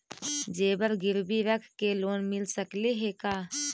जेबर गिरबी रख के लोन मिल सकले हे का?